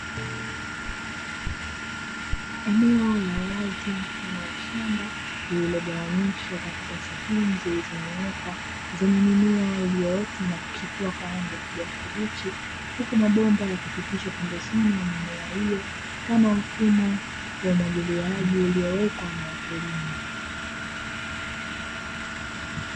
Eneo la wazi mfano wa shamba lililogawanyishwa katika sehemu zilizonyooka zenye mimea iliyoota na kuchipua kwa rangi ya kijani kibichi, huku mabomba yakipitishwa pembezoni mwa mimea hiyo kama mfumo wa umwagiliaji uliowekwa na wakulima.